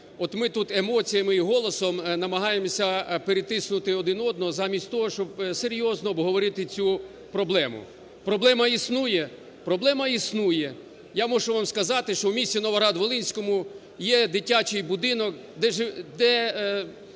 От ми тут емоціями і голосом намагаємося перетиснути один одного, замість того щоб серйозно обговорити цю проблему. Проблема існує, проблема існує. Я можу вам сказати, що в місті Новоград-Волинському є дитячий будинок, де